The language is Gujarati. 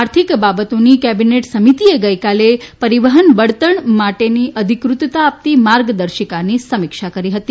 આર્થિક બાબતોની કેબીનેટ સમિતિએ ગઇકાલે પરીવહન બળતણ માટે અધિકૃતતા આપતી માર્ગદર્શિકાની સમીક્ષા કરી હતી